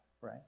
Right